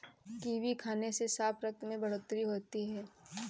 kiwi खाने से साफ रक्त में बढ़ोतरी होती है